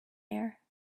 air